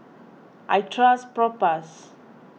I trust Propass